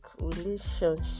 Relationship